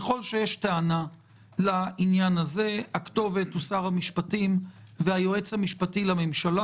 ככל שיש טענה בעניין הזה הכתובת היא שר המשפטים והיועץ המשפטי לממשלה.